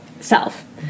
self